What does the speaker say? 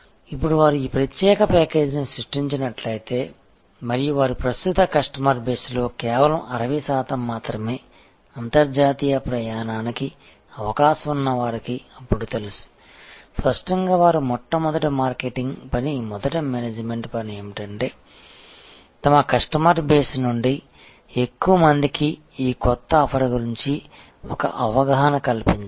ఇప్పుడు వారు ఈ ప్రత్యేక ప్యాకేజీని సృష్టించినట్లయితే మరియు వారి ప్రస్తుత కస్టమర్ బేస్లో కేవలం 60 శాతం మాత్రమే అంతర్జాతీయ ప్రయాణానికి అవకాశం ఉన్న వారికి అప్పుడు తెలుసు స్పష్టంగా వారు మొట్టమొదటి మార్కెటింగ్ పని మొదటి మేనేజ్మెంట్ పని ఏమిటంటే తమ కస్టమర్ బేస్ నుండి ఎక్కువ మందికి ఈ కొత్త ఆఫర్ గురించి అవగాహన కల్పించడం